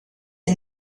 est